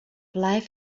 life